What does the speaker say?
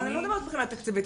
אני לא מדברת מבחינת תקציבית.